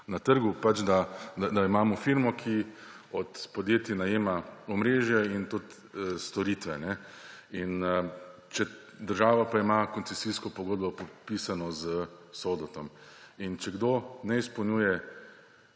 na trgu, da imamo firmo, ki od podjetij najema omrežje in tudi storitve, država pa ima koncesijsko pogodbo podpisano s SODO in če kdo ne izpolnjuje,